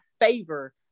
favor